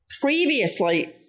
previously